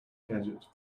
gadget